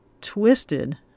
twisted